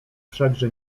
wszakże